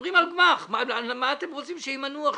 מדברים על גמ"ח, מה אתם רוצים שימנו עכשיו?